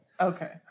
Okay